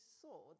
saw